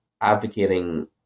advocating